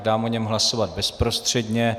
Dám o něm hlasovat bezprostředně.